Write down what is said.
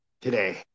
today